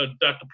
Dr